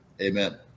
Amen